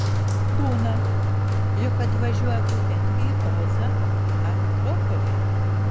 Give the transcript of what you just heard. būna jog atvažiuoja būtent į ozą ar akropolį